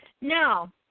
No